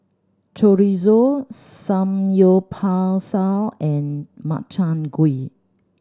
Chorizo Samgyeopsal and Makchang Gui